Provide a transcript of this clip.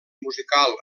musical